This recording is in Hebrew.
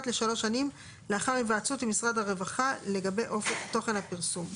לשלוש שנים לאחר היוועצות עם משרד הרווחה לגבי תוכן הפרסום.